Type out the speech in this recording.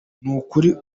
nukuri